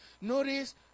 notice